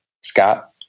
Scott